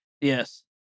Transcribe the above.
Yes